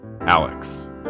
Alex